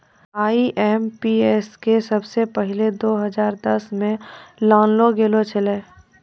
IMPS के सबसे पहिलै दो हजार दसमे लानलो गेलो छेलै